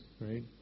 right